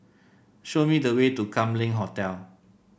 show me the way to Kam Leng Hotel